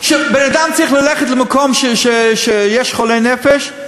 כשבן-אדם צריך ללכת למקום שיש בו חולי נפש,